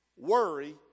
worry